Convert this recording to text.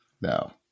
No